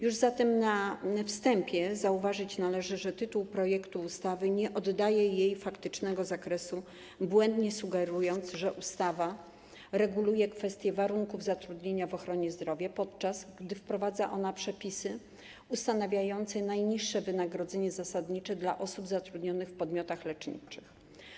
Już na wstępie należy zauważyć, że tytuł projektu ustawy nie oddaje jej faktycznego zakresu, błędnie sugerując, że ustawa reguluje kwestie warunków zatrudnienia w ochronie zdrowia, podczas gdy wprowadza ona przepisy ustanawiające najniższe wynagrodzenie zasadnicze dla osób zatrudnionych w podmiotach leczniczych.